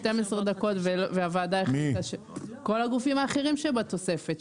כל הגופים האחרים שבתוספת,